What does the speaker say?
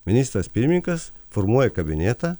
ministras pirmininkas formuoja kabinėtą